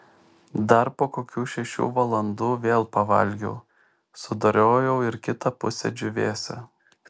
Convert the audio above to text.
dar po kokių šešių valandų vėl pavalgiau sudorojau ir kitą pusę džiūvėsio